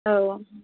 औ